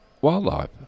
Wildlife